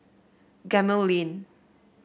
Gemmill Lane